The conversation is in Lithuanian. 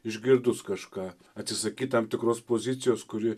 išgirdus kažką atsisakyt tam tikros pozicijos kuri